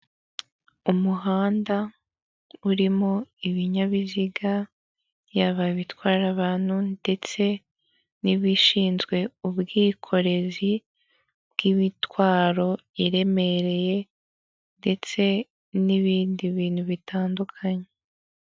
Umuhanda urimo ibinyabiziga yaba ibitwara abantu ndetse n'ibishinzwe ubwikorezi bw'imitwaro iremereye, ndetse n'ibindi bintu bitandukanye.